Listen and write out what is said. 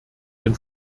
den